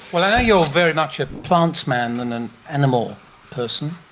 well, i know you are very much a plants man and an animal person,